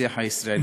בשיח הישראלי.